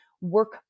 work